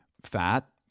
fat